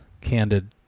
candid